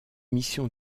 mission